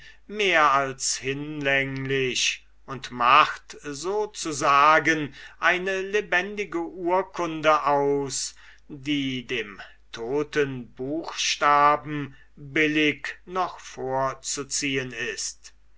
mehr als hinlänglich und macht so zu sagen eine lebendige urkunde aus die dem toten buchstaben billig noch vorzuziehen ist